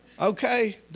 Okay